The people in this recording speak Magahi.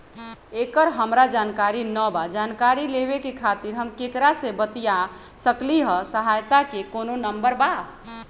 एकर हमरा जानकारी न बा जानकारी लेवे के खातिर हम केकरा से बातिया सकली ह सहायता के कोनो नंबर बा?